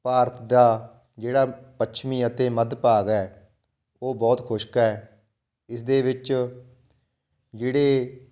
ਭਾਰਤ ਦਾ ਜਿਹੜਾ ਪੱਛਮੀ ਅਤੇ ਮੱਧ ਭਾਗ ਹੈ ਉਹ ਬਹੁਤ ਖੁਸ਼ਕ ਹੈ ਇਸਦੇ ਵਿੱਚ ਜਿਹੜੇ